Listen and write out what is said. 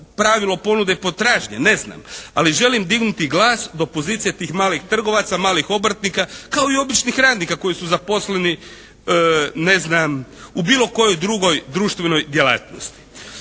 pravilo ponude i potražnje, ne znam, ali želim dignuti glas do pozicije tih malih trgovaca, malih obrtnika kao i običnih radnika koji su zaposleni, ne znam, u bilo kojoj drugoj društvenoj djelatnosti.